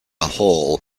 hall